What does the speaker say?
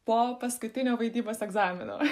po paskutinio vaidybos egzamino